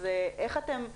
אז איך אתם,